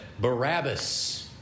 Barabbas